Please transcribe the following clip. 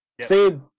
Say